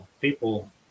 people